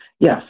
Yes